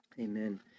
Amen